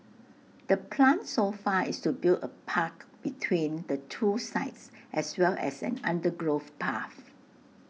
the plan so far is to build A park between the two sites as well as an undergrowth path